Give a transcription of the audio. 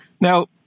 Now